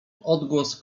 odgłos